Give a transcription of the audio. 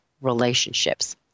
relationships